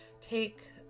take